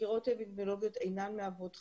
החקירות האפידמיולוגיות אינן מהוות חסם.